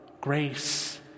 grace